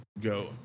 go